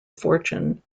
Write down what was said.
fortune